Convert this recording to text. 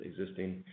existing